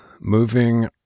Moving